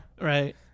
Right